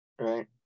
right